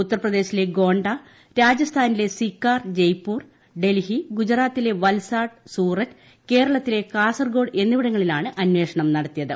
ഉത്തർപ്രദേശിലെ ഗോണ്ട രാജസ്ഥാനിലെ സികാർ ജയ്പൂർ ഡൽഹി ഗുജറാത്തിലെ വത്സാഡ് സൂററ്റ് കേരളത്തിലെ കാസർഗോഡ് എന്നിവിടങ്ങളിലാണ് അന്വേഷണം നടത്തിയത്